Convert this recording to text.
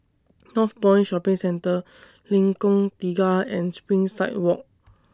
Northpoint Shopping Centre Lengkong Tiga and Springside Walk